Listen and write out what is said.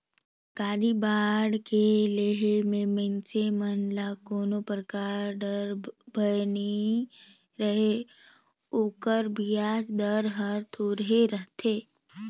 सरकारी बांड के लेहे मे मइनसे मन ल कोनो परकार डर, भय नइ रहें ओकर बियाज दर हर थोरहे रथे